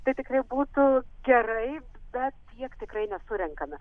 tai tikrai būtų gerai bet tiek tikrai nesurenkame